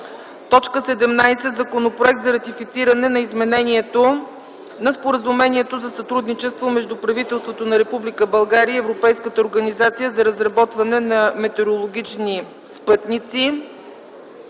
17. Законопроект за ратифициране на Изменението на Споразумението за сътрудничество между правителството на Република България и Европейската организация за разработване на метеорологични спътници.